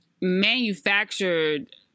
manufactured